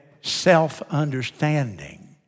self-understanding